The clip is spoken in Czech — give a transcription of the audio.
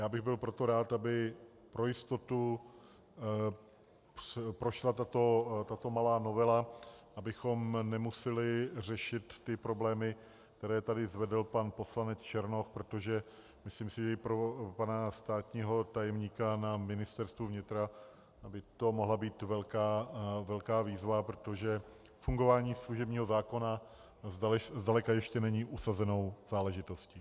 Já bych byl proto rád, aby pro jistotu prošla tato malá novela, abychom nemuseli řešit ty problémy, které tady zvedl pan poslanec Černoch, protože si myslím, že i pro pana státního tajemníka na ministerstvu vnitra by to mohla být velká výzva, protože fungování služebního zákona zdaleka ještě není usazenou záležitostí.